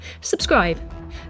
subscribe